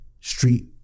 street